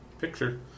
picture